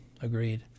Agreed